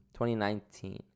2019